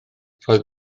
roedd